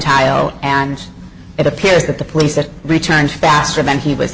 tile and it appears that the police that returned faster than he was